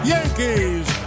Yankees